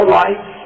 life